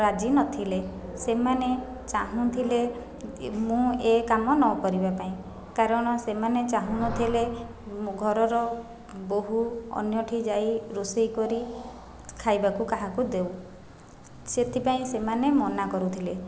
ରାଜି ନଥିଲେ ସେମାନେ ଚାହୁଁଥିଲେ ମୁଁ ଏ କାମ ନକରିବା ପାଇଁ କାରଣ ସେମାନେ ଚାହୁଁନଥିଲେ ଘରର ବୋହୁ ଅନ୍ୟଠି ଯାଇ ରୋଷେଇ କରି ଖାଇବାକୁ କାହାକୁ ଦେଉ ସେଥିପାଇଁ ସେମାନେ ମନା କରୁଥିଲେ